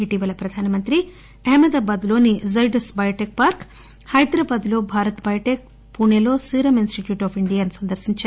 ఇటీవల ప్రధానమంత్రి అహమ్మదాబాదులోని సైడర్స్ బయోటిక్ పార్క్ హైదరాబాదులో భారత్ బయోటెక్ పుణెలో సీరమ్ ఇనిస్టిట్యూట్ ఆఫ్ ఇండియా సందర్పించారు